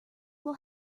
will